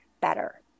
better